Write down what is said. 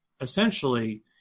essentially